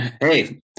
Hey